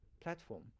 platform